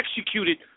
executed